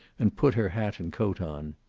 and put her hat and coat on.